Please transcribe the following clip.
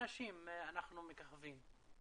אנחנו מככבים.